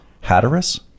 hatteras